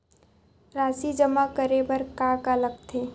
राशि जमा करे बर का का लगथे?